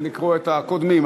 לקרוא את הקודמים.